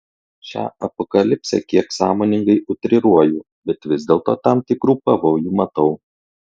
šią apokalipsę kiek sąmoningai utriruoju bet vis dėlto tam tikrų pavojų matau